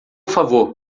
favor